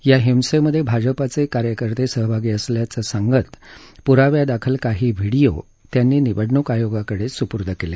या हिसेंमधे भाजप कार्यकर्ते सहभागी असल्याने सांगत पुराव्यादाखल काही व्हिडिओ त्यांनी निवडणूक आयोगाकडे सुपुर्द केले